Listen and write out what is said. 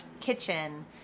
kitchen